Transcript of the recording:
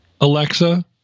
Alexa